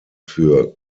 für